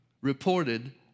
reported